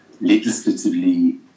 legislatively